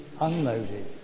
unloaded